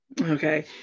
okay